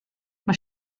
mae